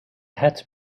hat